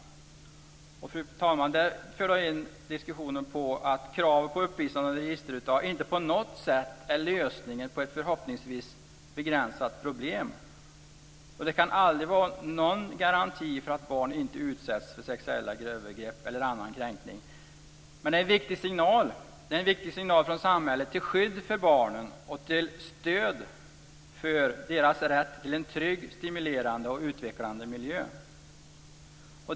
Detta, fru talman, för in diskussionen på att kravet på uppvisande av registerutdrag inte på något sätt är lösningen på ett förhoppningsvis begränsat problem. Det kan heller aldrig vara någon garanti för att barn inte utsätts för sexuella övergrepp eller andra kränkningar. Men det är en viktig signal från samhället till skydd för barnen och till stöd för deras rätt till en trygg, stimulerande och utvecklande miljö.